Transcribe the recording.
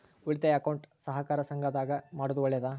ಉಳಿತಾಯ ಅಕೌಂಟ್ ಸಹಕಾರ ಸಂಘದಾಗ ಮಾಡೋದು ಒಳ್ಳೇದಾ?